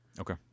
Okay